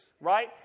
right